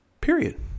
Period